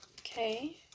Okay